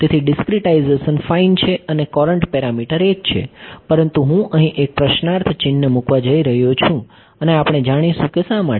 તેથી discretization fine છે અને કોરન્ટ પેરમીટર 1 છે પરંતુ હું અહીં એક પ્રશ્નાર્થ ચિહ્ન મૂકવા જઈ રહ્યો છું અને આપણે જાણીશું કે શા માટે